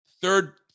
Third